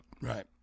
Right